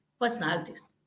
personalities